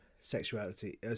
sexuality